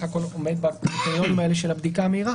הכול עומד בקריטריונים האלה של הבדיקה המהירה.